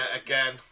again